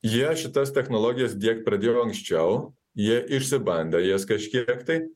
jie šitas technologijas diegt pradėjo anksčiau jie išsibandė jas kažkiek tai